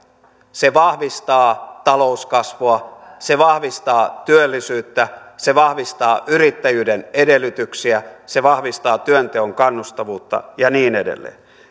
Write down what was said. se vahvistaa talouskasvua se vahvistaa työllisyyttä se vahvistaa yrittäjyyden edellytyksiä se vahvistaa työnteon kannustavuutta ja niin edelleen